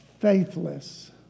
faithless